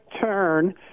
turn